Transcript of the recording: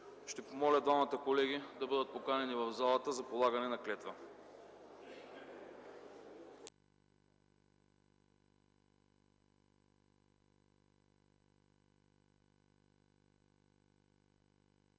Ще помоля двамата колеги да бъдат поканени в залата за полагане на клетва.